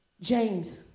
James